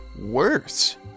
worse